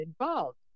involved